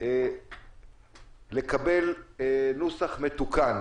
לקבל נוסח מתוקן